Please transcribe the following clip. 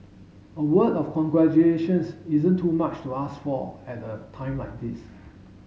a word of congratulations isn't too much to ask for at a time like this